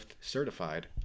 certified